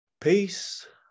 Peace